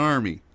Army